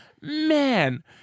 man